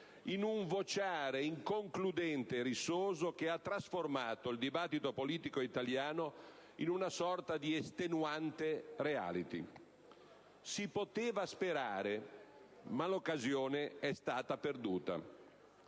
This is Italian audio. in un vociare inconcludente e rissoso che ha trasformato il dibattito politico italiano in una sorta di estenuante *reality*. Si poteva sperare, ma l'occasione è stata perduta,